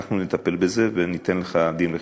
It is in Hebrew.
אנחנו נטפל בזה וניתן לך דין-וחשבון.